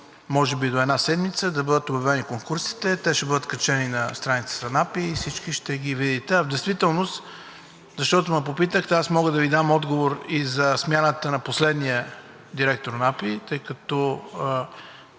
може би до една седмица, да бъдат обявени конкурсите, те ще бъдат качени на страницата на АПИ и всички ще ги видите. А в действителност, защото ме попитахте, аз мога да Ви дам отговор и за смяната на последния директор на АПИ, тъй като